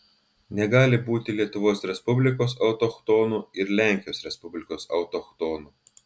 negali būti lietuvos respublikos autochtonų ir lenkijos respublikos autochtonų